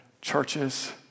churches